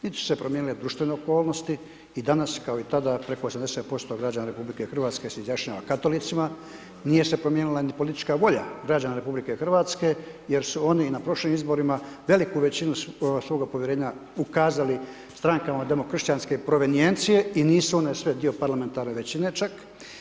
Nit su se promijenile društvene okolnosti, i danas kao i tada preko 80% građana Republike Hrvatske se izjašnjava Katolicima, nije se promijenila ni politička volja građana Republike Hrvatske, jer su oni na prošlim izborima, veliku većinu svoga povjerenja ukazali strankama demokršćanske provenjencije i nisu one sve dio parlamentarne većine čak.